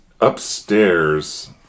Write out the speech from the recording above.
upstairs